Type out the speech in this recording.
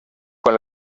con